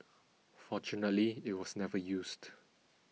fortunately it was never used